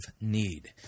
need